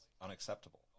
unacceptable